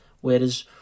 whereas